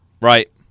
Right